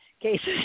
cases